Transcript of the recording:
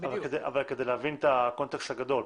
אבל כדי להבין את הקונטקסט הגדול.